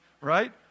right